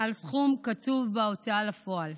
על סכום קצוב בהוצאה לפועל.